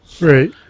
Right